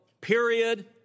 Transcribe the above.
period